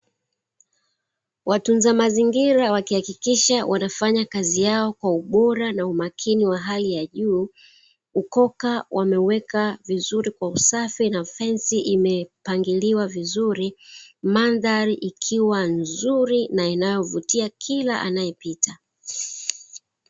Watunza mazingira wakihakikisha wanafanya kazi yao kwa ubora na umakini wa hali ya juu, ukoka wameweka vizuri kwa usafi na fensi imepangiliwa vizuri, mandhari ikiwa nzuri na inayovutia kila anaepita.